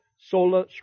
sola